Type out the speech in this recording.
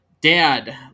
Dad